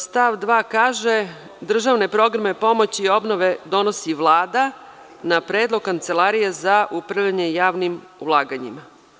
Stav 2. kaže – državne programe pomoći i obnove donosi Vlada na predlog Kancelarije za upravljanje javnim ulaganjima.